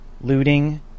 looting